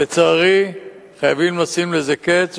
לצערי, חייבים לשים לזה קץ.